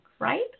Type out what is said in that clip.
right